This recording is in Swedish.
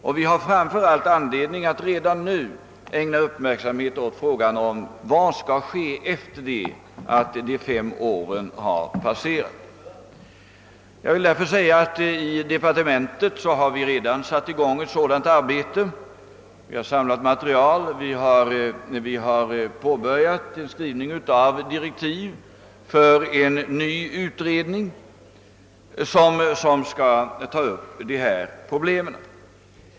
Framför allt finns det anledning att redan nu ägna uppmärksamhet åt frågan vad som skall ske sedan de fem åren har gått till ända. I departementet har man också satt i gång insamlingen av material och påbörjat skrivningen av direktiv för en ny utredning, som skall ta upp dessa problem.